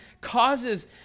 causes